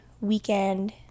weekend